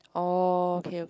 oh okay okay